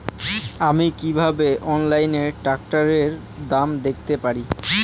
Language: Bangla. আমি কিভাবে অনলাইনে ট্রাক্টরের দাম দেখতে পারি?